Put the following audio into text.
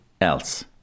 else